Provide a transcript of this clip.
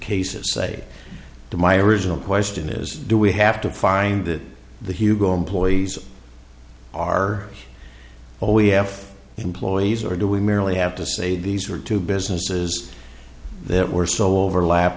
cases say to my original question is do we have to find that the hugo employees are all we have employees or do we merely have to say these are two businesses that were so overlap